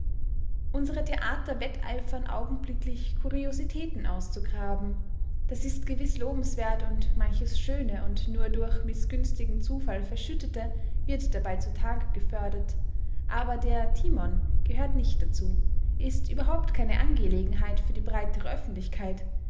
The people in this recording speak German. unsere theater wetteifern augenblicklich kuriositäten auszugraben das ist gewiß lobenswert und manches schöne und nur durch mißgünstigen zufall verschüttete wird dabei zutage gefördert aber der timon gehört nicht dazu ist überhaupt keine angelegenheit für die breitere öffentlichkeit